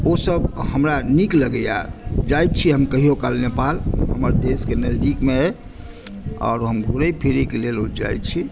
ओ सभ हमरा नीक लगैया जाइत छी हम कहियो काल नेपाल हमर देशकेँ नजदीकमे एहि आओर हम घुरय फिरयकेँ लेल जाइत छी